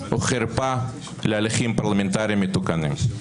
הוא חרפה להליכים פרלמנטריים מתוקנים.